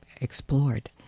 explored